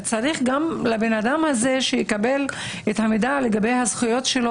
צריך שהאדם הזה יקבל את המידע לגבי הזכויות שלו